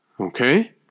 Okay